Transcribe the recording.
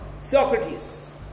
Socrates